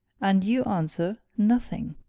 and you answer nothing!